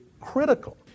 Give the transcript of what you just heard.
critical